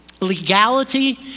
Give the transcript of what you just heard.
legality